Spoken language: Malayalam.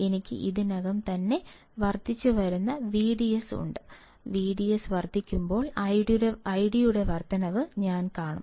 എനിക്ക് ഇതിനകം തന്നെ വർദ്ധിച്ചുവരുന്ന വിഡിഎസ് ഉണ്ട് വിഡിഎസ് വർദ്ധിക്കുമ്പോൾ ഐഡിയുടെ വർദ്ധനവ് ഞാൻ കാണും